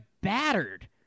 battered